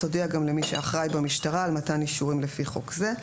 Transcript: תודיע גם למי שאחראי במשטרה על מתן אישורים לפי חוק זה.